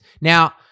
now